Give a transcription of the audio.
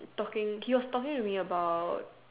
talking he was talking to me about